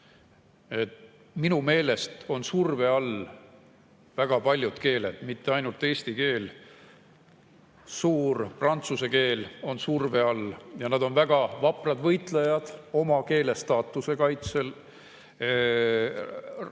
Minu meelest on surve all väga paljud keeled, mitte ainult eesti keel. Suur prantsuse keel on surve all ja nad on väga vaprad võitlejad oma keele staatuse kaitsel, liigse